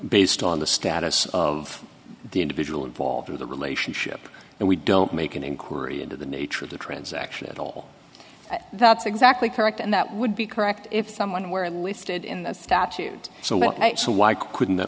based on the status of the individual involved or the relationship and we don't make an inquiry into the nature of the transaction at all that's exactly correct and that would be correct if someone were listed in the statute so well so why couldn't that